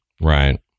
Right